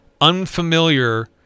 unfamiliar